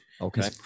okay